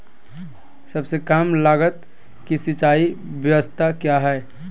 सबसे कम लगत की सिंचाई ब्यास्ता क्या है?